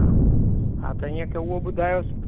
हा हा त ईअं कयो उहो ॿुधायोसि